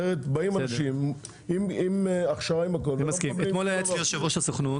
אחרת באים אנשים עם הכשרה ולא מקבלים שום דבר.